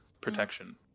protection